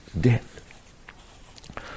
death